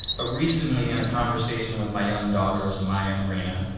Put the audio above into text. ah recently in a conversation with my young daughters, maya and reina,